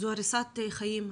זו הריסת חיים,